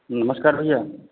नमस्कार भैया